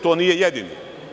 To nije jedini.